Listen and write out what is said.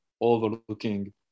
overlooking